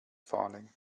falling